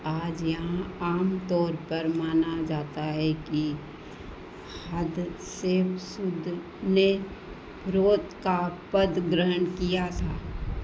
आज यहाँ आम तौर पर माना जाता है कि ने का पद ग्रहण किया था